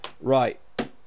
right